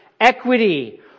equity